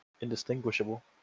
indistinguishable